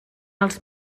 els